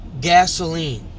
Gasoline